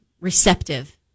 receptive